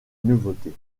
nouveautés